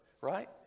right